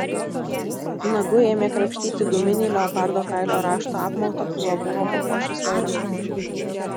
nagu ėmė krapštyti guminį leopardo kailio raštų apmautą kuriuo buvo papuošęs vairą